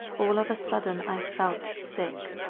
all of a sudden, i felt sick.